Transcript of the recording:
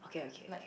okay okay okay